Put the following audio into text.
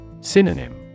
Synonym